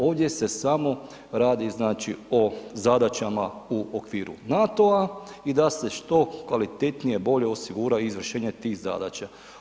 Ovdje se samo radi znači o zadaćama u okviru NATO-a i da se što kvalitetnije bolje osigura izvršenje tih zadaća.